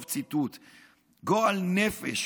גועל נפש.